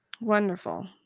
Wonderful